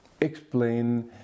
explain